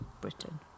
Britain